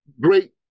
great